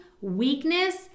weakness